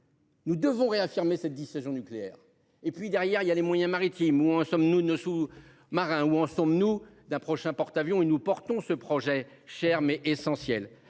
Nous devons réaffirmer cette dissuasion nucléaire et puis derrière il y a les moyens maritimes. Où en sommes nous ne sous-marin où en sommes-nous d'un prochain porte-avions et nous portons ce projet cher mais essentiel.